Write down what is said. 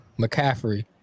McCaffrey